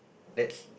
that's